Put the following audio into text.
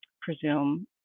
presume